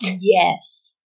Yes